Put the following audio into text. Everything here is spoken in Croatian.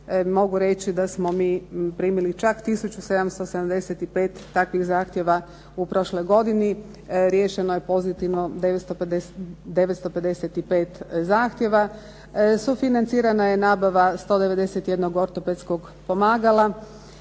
mogu reći da smo mi primili čak 1775 takvih zahtjeva u prošloj godini. Riješeno je pozitivno 955 zahtjeva. Sufinancirana je nabava 191 ortopedskog pomagala.